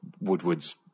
Woodward's